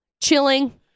Chilling